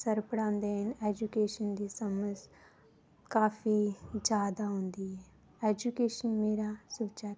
साढ़े में इत्थै जन्म लैता कि जि'यां की हून इत्थै साढ़े शैह्र बिच की साढ़े इत्थै